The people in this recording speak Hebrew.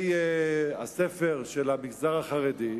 אומר שבתי-הספר של המגזר החרדי,